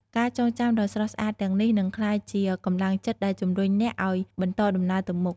ការចងចាំដ៏ស្រស់ស្អាតទាំងនេះនឹងក្លាយជាកម្លាំងចិត្តដែលជំរុញអ្នកឱ្យបន្តដំណើរទៅមុខ។